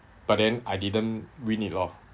but then I didn't win it lor